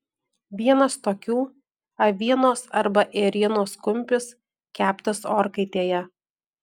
vienas tokių avienos arba ėrienos kumpis keptas orkaitėje